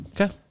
Okay